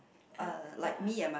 and ya